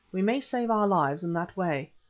we may save our lives in that way.